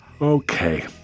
Okay